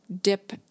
dip